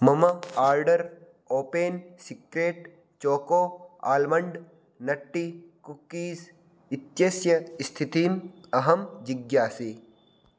मम order Open Secret choco almond nutty cookies इत्यस्य स्थितिम् अहं जिज्ञासे